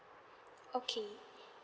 okay